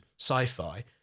sci-fi